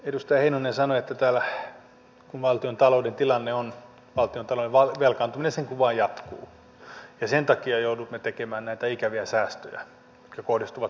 edustaja heinonen sanoi että kun valtiontalouden velkaantuminen sen kuin vain jatkuu sen takia joudumme tekemään näitä ikäviä säästöjä jotka kohdistuvat muun muassa eläkkeensaajiin